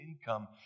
income